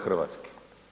Hrvatske?